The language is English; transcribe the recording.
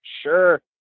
Sure